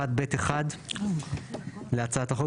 בסעיף (ב1)(ב)(1) להצעת החוק,